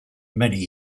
many